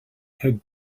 had